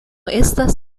estas